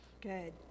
Good